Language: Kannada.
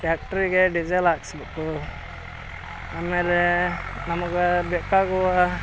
ಟ್ಯಾಕ್ಟ್ರಿಗೆ ಡಿಝೆಲ್ ಹಾಕ್ಸ್ಬೇಕು ಆಮೇಲೆ ನಮ್ಗೆ ಬೇಕಾಗುವ